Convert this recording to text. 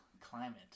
climate